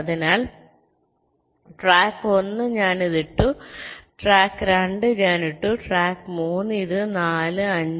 അതിനാൽ ട്രാക്ക് 1 ഞാൻ ഇത് ഇട്ടു ട്രാക്ക് 2 ഞാൻ ഇട്ടു ട്രാക്ക് 3 ഇത് 4 5